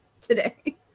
today